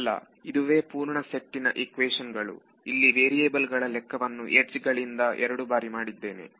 ಅಲ್ಲ ಇದುವೇ ಪೂರ್ಣ ಸೆಟ್ಟಿನ ಇಕ್ವೇಶನ್ ಗಳು ಇಲ್ಲಿ ವೇರಿಯೇಬಲ್ ಗಳ ಲೆಕ್ಕವನ್ನು ಯಡ್ಜ್ ಗಳಲ್ಲಿ ಎರಡು ಬಾರಿ ಮಾಡಿದ್ದೇನೆ